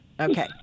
Okay